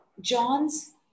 John's